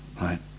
right